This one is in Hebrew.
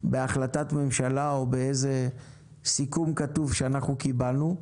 בהחלטת ממשלה או באיזה סיכום כתוב שאנחנו קיבלנו.